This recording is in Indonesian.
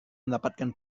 mendapatkan